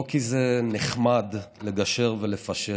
לא כי זה נחמד לגשר ולפשר